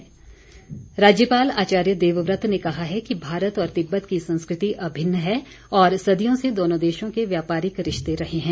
राज्यपाल राज्यपाल आचार्य देवव्रत ने कहा है कि भारत और तिब्बत की संस्कृति अभिन्न है और सदियों से दोनों देशों के व्यापारिक रिश्ते रहे हैं